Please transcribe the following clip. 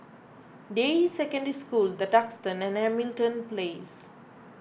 Deyi Secondary School the Duxton and Hamilton Place